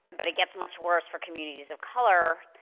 but but it gets much worse for communities of color,